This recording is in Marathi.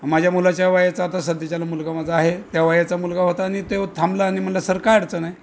माझ्या मुलाच्या वयाचा आता सध्याच्याला मुलगा माझा आहे त्या वयाचा मुलगा होता आणि तो थांबला आणि म्हणला सर काय अडचन आहे